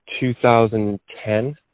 2010